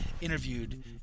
interviewed